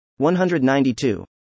192